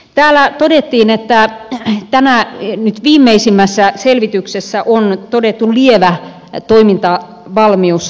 täällä todettiin että nyt viimeisimmässä selvityksessä on todettu lievä toimintavalmiusajan heikkeneminen